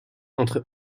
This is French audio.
entre